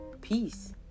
peace